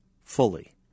fully